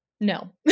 No